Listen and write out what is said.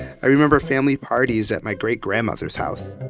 i remember family parties at my great grandmother's house.